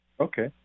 Okay